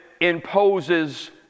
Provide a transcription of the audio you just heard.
imposes